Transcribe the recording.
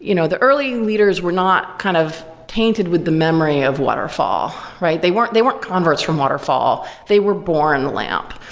you know the early leaders were not kind of tainted with the memory of waterfall, right? they weren't they weren't converts from waterfall. they were born lamp.